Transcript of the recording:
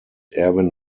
erwin